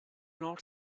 not